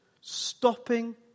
stopping